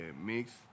mix